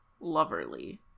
Loverly